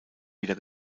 wieder